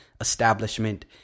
establishment